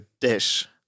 dish